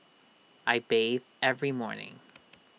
I bathe every morning